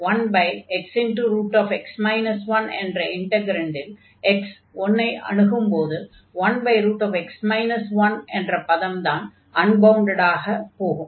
1xx 1 என்ற இன்டக்ரன்டில் x 1 ஐ அணுகும்போது 1x 1 என்ற பதம்தான் அன்பவுண்டடாக ஆகும்